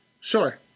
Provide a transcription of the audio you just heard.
Sure